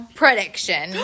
prediction